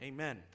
Amen